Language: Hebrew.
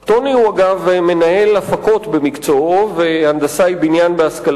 אשר מבקש לשאול את השר לביטחון פנים שאילתא בעניין תקיפת משפחה בטירה.